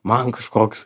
man kažkoks